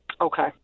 Okay